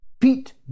Pete